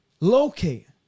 Locate